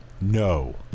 No